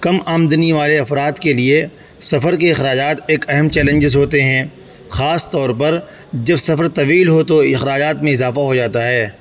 کم آمدنی والے افراد کے لیے سفر کے اخراجات ایک اہم چیلنجز ہوتے ہیں خاص طور پر جب سفر طویل ہو تو اخراجات میں اضافہ ہو جاتا ہے